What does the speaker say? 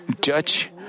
judge